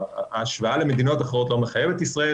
ההשוואה למדינות אחרות לא מחייבת את ישראל